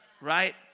right